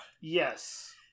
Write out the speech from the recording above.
Yes